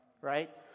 Right